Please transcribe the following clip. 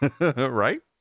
Right